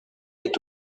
est